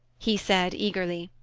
he said eagerly.